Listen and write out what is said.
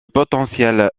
potentiel